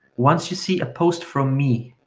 once you see a post from me,